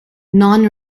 non